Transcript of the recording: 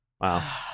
Wow